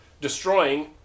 destroying